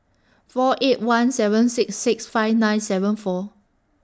four eight one seven six six five nine seven four